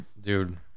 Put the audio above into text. dude